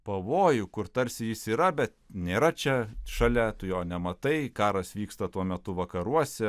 pavojų kur tarsi jis yra bet nėra čia šalia tu jo nematai karas vyksta tuo metu vakaruose